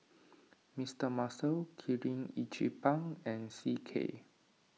Mister Muscle Kirin Ichiban and C K